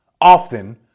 often